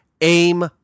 aim